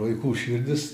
vaikų širdis